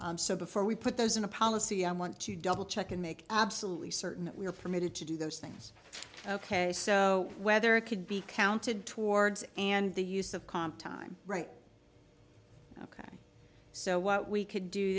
time so before we put those in a policy i want to double check and make absolutely certain that we are permitted to do those things ok so whether it could be counted towards and the use of comp time right so what we could do